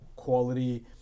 quality